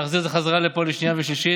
להחזיר את זה חזרה לפה לקריאה שנייה ושלישית